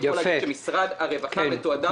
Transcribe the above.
אני יכול להגיד שמשרד הרווחה מתועדף.